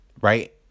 Right